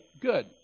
good